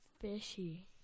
Fishy